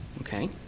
Okay